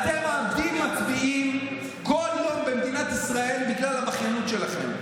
אתם מאבדים מצביעים כל יום במדינת ישראל בגלל הבכיינות שלכם.